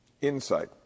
insight